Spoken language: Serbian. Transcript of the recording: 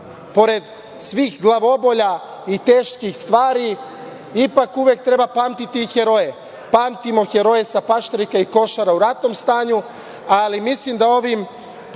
pored svih glavobolja i teških stvari ipak uvek treba pamtiti i heroje. Pamtimo heroje sa Paštrika i Košara u ratnom stanju, ali mislim da ovim